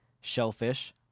shellfish